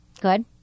Good